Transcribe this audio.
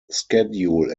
schedule